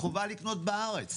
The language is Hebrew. חובה לקנות בארץ.